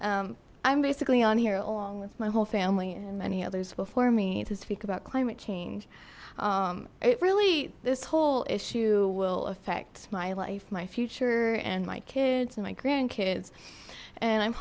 values i'm basically on here along with my whole family and many others before me to speak about climate change it really this whole issue will affect my life my future and my kids and my grandkids and i'm